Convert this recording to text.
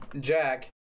jack